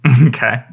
Okay